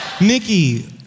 Nikki